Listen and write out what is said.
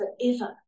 forever